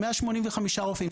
185 רופאים.